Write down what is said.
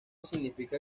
significa